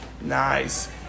Nice